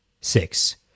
six